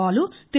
Balu Thiru